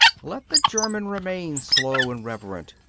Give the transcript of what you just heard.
let the german remain slow and reverent,